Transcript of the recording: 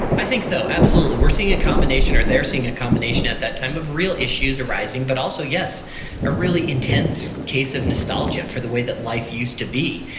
i think so. absolutely. we're seeing a combination, or they're seeing a combination at that time of real issue arising, but also yes a really intense case of nostalgia for the way that life used to be.